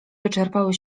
wyczerpały